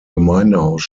gemeindehaus